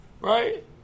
right